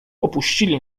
opuścili